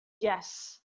yes